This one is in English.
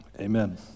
Amen